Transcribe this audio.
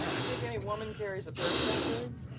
you think any woman carries a purse that big?